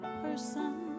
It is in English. person